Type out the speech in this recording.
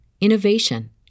innovation